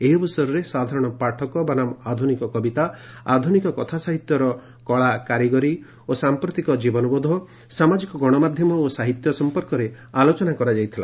ଏହି ଅବସରରେ ସାଧାରଣ ପାଠକ ବନାମ ଆଧୁନିକ କବିତା ଆଧୁନିକ କଥା ସାହିତ୍ୟର କଳାକାରିଗରୀ ଓ ସାଂପ୍ରତିକ ଜୀବନବୋଧ ସାମାଜିକ ଗଣମାଧ୍ଧମ ଓ ସାହିତ୍ୟ ସଂପର୍କରେ ଆଲୋଚନା କରାଯାଇଥିଲା